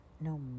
No